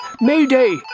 Mayday